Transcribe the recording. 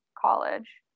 college